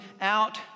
out